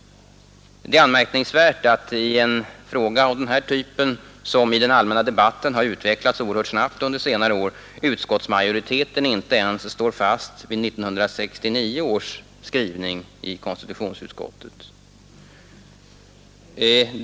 Det är anmärkningsvärt att i en fråga av den här typen, som i den allmänna debatten har utvecklats oerhört snabbt under senare år, utskottsmajoriteten inte ens står fast vid 1969 års skrivning i konstitutionsutskottet.